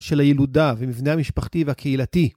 של הילודה ומבנה המשפחתי והקהילתי.